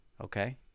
Okay